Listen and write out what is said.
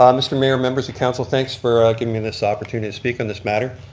um mr. mayor, members of council thanks for giving me this opportunity to speak on this matter.